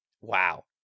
Wow